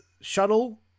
shuttle